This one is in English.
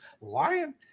Lion